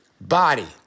Body